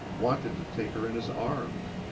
wanted to take her in his arms.